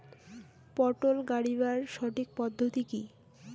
পটল গারিবার সঠিক পদ্ধতি কি?